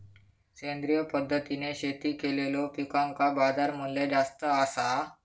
सेंद्रिय पद्धतीने शेती केलेलो पिकांका बाजारमूल्य जास्त आसा